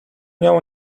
know